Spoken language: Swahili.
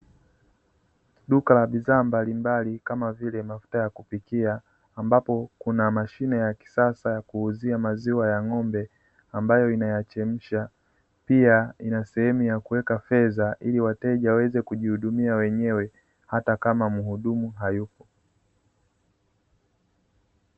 Duka la bidhaa mbalimbali kama vile mafuta ya kupikia ambapo kuna mashine ya kisasa ya kuuzia maziwa ya ng'ombe ambayo inayachemsha, pia ina sehemu ya kuweka fedha ili wateja waweze kujihudumia wenyewe hata kama mhudumu hayupo.